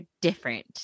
different